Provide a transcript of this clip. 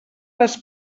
les